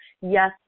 yes